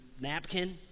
napkin